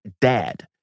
dad